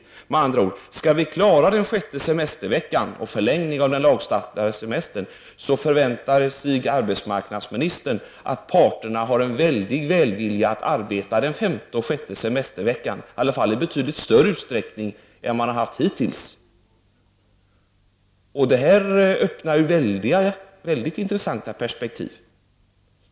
Skall vi klara förlängningen av den lagstadgade semestern med en sjätte semestervecka, förväntar sig arbetsmarknadsministern att parterna är välvilligt inställda till att arbeta under den femte och sjätte semesterveckan, i varje fall i betydligt större utsträckning än man hittills gjort under den femte semesterveckan.